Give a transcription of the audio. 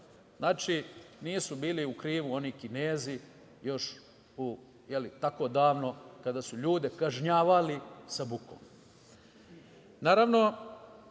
Znači, nisu bili u krivu oni Kinezi još tako davno kada su ljude kažnjavali sa bukom. Naravno,